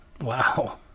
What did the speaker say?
Wow